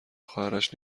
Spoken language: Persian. خواهرش